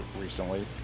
recently